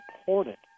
important